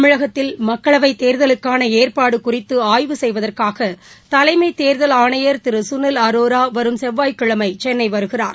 தமிழகத்தில் மக்களவைத் தேர்தலுக்கான ஏற்பாடு குறித்து ஆய்வு செய்வதற்காக தலைமை தேர்தல் ஆணையர் திரு சுனில் அரோரா வரும் செவ்வாய்க்கிழமை சென்னை வருகிறார்